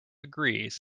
agrees